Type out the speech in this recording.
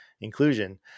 inclusion